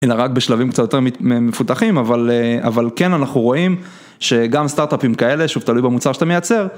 אלא רק בשלבים קצת יותר מפותחים, אבל כן אנחנו רואים שגם סטארט-אפים כאלה, שוב תלוי במוצר שאתה מייצר.